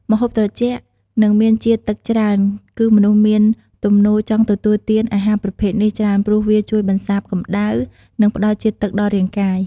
ម្ហូបត្រជាក់ និងមានជាតិទឹកច្រើន គឺមនុស្សមានទំនោរចង់ទទួលទានអាហារប្រភេទនេះច្រើនព្រោះវាជួយបន្សាបកម្ដៅ និងផ្តល់ជាតិទឹកដល់រាងកាយ។